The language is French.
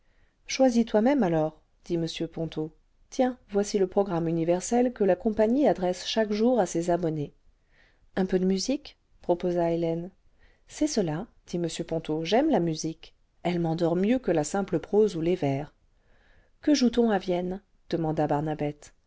choisis toj même alors dit m ponto tiens voici le programme universel que la compagnie adresse chaque jour à ses abonnés un peu de musique proposa hélène c'est cela dit m ponto j'aime la musique elle m'endort mieux que la simple prose ou les vers quejoue t on à vienne demanda